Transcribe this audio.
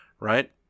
Right